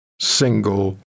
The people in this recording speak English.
single